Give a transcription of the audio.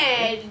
then